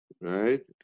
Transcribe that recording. right